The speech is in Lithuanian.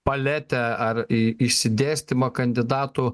paletę ar išsidėstymą kandidatų